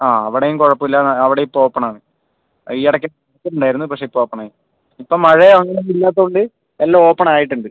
ആ അവിടെയും കുഴപ്പമില്ല അവിടെ ഇപ്പോൾ ഓപ്പൺ ആണ് ഈ ഇടയ്ക്ക് അടച്ചിട്ടുണ്ടായിരുന്നു പക്ഷേ ഇപ്പോൾ ഓപ്പൺ ആയി ഇപ്പം മഴയങ്ങനെയൊന്നും ഇല്ലാത്തതുകൊണ്ട് എല്ലാം ഓപ്പൺ ആയിട്ടുണ്ട്